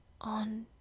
on